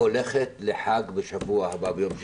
הולכת לחג בשבוע הבא ביום שישי.